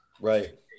right